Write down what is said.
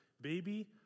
baby